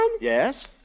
Yes